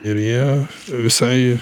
ir jie visai